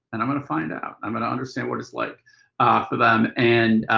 and i'm going to find out. i'm going to understand what it's like for them and